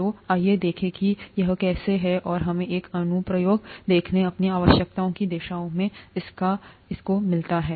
तो आइए देखें कि यह कैसा है और हमेंएक अनुप्रयोग देखने अपनी आवश्यकताओं की दिशा में इसकाको मिलता है